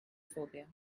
phobia